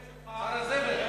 זה יעזור לך